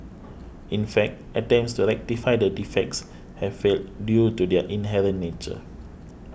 in fact attempts to rectify the defects have failed due to their inherent nature